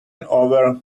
over